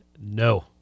No